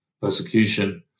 persecution